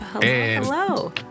hello